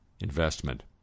investment